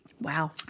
Wow